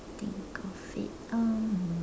think of it um